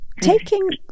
Taking